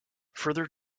further